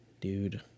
Dude